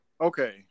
Okay